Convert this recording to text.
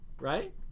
right